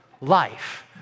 life